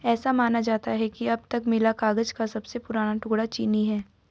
ऐसा माना जाता है कि अब तक मिला कागज का सबसे पुराना टुकड़ा चीनी है